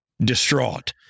distraught